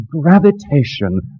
Gravitation